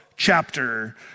chapter